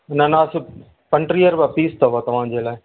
अन्नानास पंटीह रुपया पीस अथव तव्हांजे लाइ